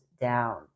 down